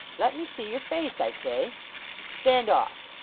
let me see your face, i say stand off